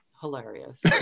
hilarious